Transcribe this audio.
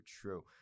true